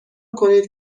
کنید